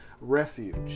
Refuge